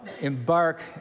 embark